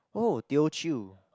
oh Teochew